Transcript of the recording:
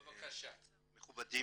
מכובדים,